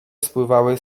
spływały